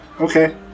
Okay